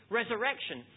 resurrection